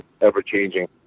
ever-changing